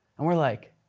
and we're like,